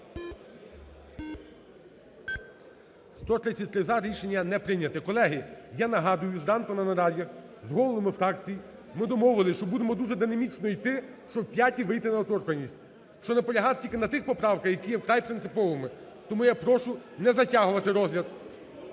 За-133 Рішення не прийнято. Колеги, я нагадую, зранку на нараді з головами фракцій ми домовилися, що будемо дуже динамічно йти, щоб об п'ятій вийти на недоторканність; щоб наполягати тільки на тих поправках, які є вкрай принциповими. Тому я прошу не затягувати розгляд.